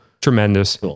Tremendous